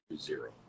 zero